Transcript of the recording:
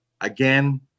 again